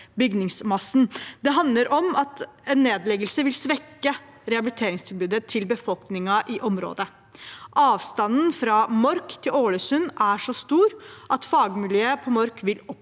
Det handler om at en nedleggelse vil svekke rehabiliteringstilbudet til befolkningen i området. Avstanden fra Mork til Ålesund er så stor at fagmiljøet på Mork vil oppløses.